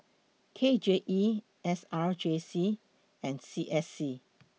K J E S R J C and C S C